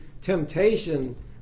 temptation